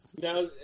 Now